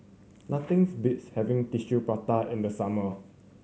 nothings beats having Tissue Prata in the summer